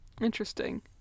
Interesting